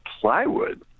plywood